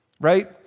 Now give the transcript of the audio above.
right